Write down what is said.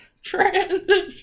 Transition